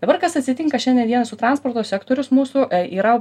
dabar kas atsitinka šiandien dienai su transporto sektorius mūsų yra